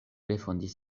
refondis